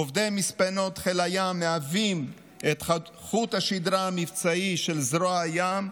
עובדי מספנות חיל הים מהווים את חוט השדרה המבצעי של זרוע הים.